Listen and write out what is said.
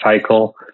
cycle